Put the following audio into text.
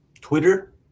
Twitter